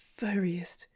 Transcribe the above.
furriest